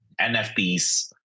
NFTs